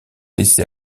laissé